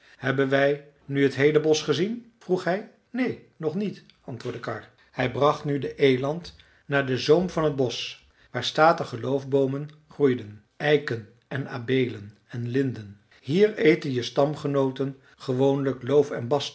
hebben wij nu het heele bosch gezien vroeg hij neen nog niet antwoordde karr hij bracht nu den eland naar den zoom van het bosch waar statige loofboomen groeiden eiken en abeelen en linden hier eten je stamgenooten gewoonlijk loof en bast